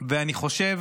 עבור